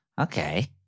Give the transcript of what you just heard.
Okay